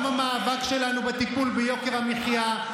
גם המאבק שלנו בטיפול ביוקר המחיה,